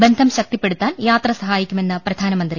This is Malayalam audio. ബന്ധം ശക്തിപ്പെടുത്താൻ യാത്ര സഹായിക്കുമെന്ന് പ്രധാനമന്ത്രി